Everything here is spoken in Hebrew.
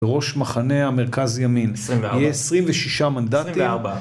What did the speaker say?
וראש מחנה המרכז ימין. 24. יהיה 26 מנדטים. 24.